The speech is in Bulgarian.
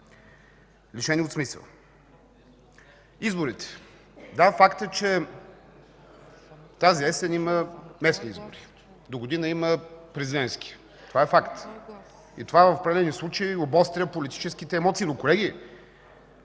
лишени от смисъл. Изборите. Да, факт е, че тази есен има местни избори, догодина има президентски. Това е факт и това в определени случаи обостря политическите емоции. Но, колеги,